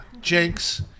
Jinx